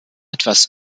etwas